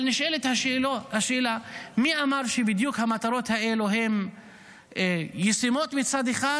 אבל נשאלת השאלה: מי אמר שבדיוק המטרות האלה ישימות מצד אחד,